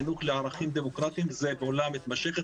חינוך לערכים דמוקרטים זה פעולה מתמשכת,